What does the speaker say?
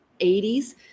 80s